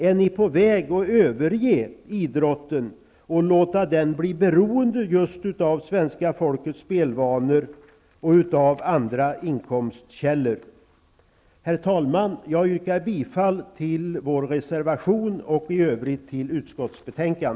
Är ni på väg att överge idrotten och låta den bli beroende just av svenska folkets spelvanor och av andra inkomstkällor? Herr talman! Jag yrkar bifall till vår reservation och i övrigt till utskottets hemställan.